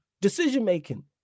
decision-making